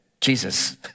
Jesus